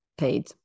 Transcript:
Paid